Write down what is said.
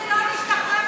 למה שלא נשתחרר מכם כבר?